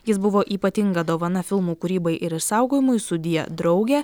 jis buvo ypatinga dovana filmų kūrybai ir išsaugojimui sudie drauge